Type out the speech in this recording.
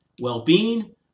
well-being